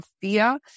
fear